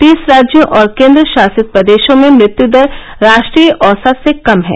तीस राज्यों और केन्द्रशासित प्रदेशों में मृत्यू दर राष्ट्रीय औसत से कम है